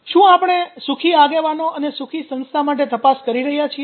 શું આપણે સુખી આગેવાનો અને સુખી સંસ્થા માટે તપાસ કરી રહ્યા છીએ